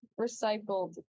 recycled